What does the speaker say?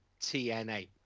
TNA